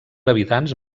habitants